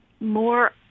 more